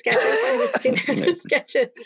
sketches